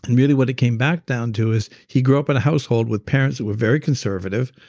and really what it came back down to is he grew up in a household with parents that were very conservative,